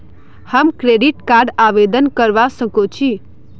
हम credit card आवेदन करवा संकोची?